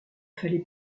fallait